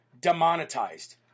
demonetized